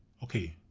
okay,